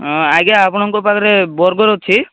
ହୁଁ ଆଜ୍ଞା ଆପଣଙ୍କ ପାଖରେ ବର୍ଗର୍ ଅଛି